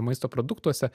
maisto produktuose